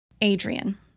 Adrian